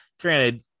granted